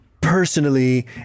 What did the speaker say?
personally